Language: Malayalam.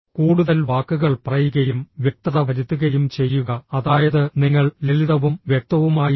കൂടുതൽ വാക്കുകൾ പറയുകയും വ്യക്തത വരുത്തുകയും ചെയ്യുക അതായത് നിങ്ങൾ ലളിതവും വ്യക്തവുമായിരിക്കണം